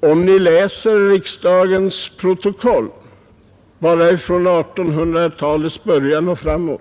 Om ni läser riksdagens protokoll bara från 1800-talets början och framåt